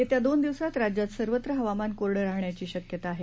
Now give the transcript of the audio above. येत्या दोन दिवसात राज्यात सर्वत्र हवामान कोरडं राहण्याची शक्यता आहे